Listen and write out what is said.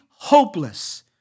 Hopeless